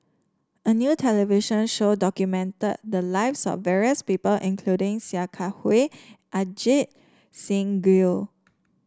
a new television show documented the lives of various people including Sia Kah Hui Ajit Singh Gill